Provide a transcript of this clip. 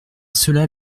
cela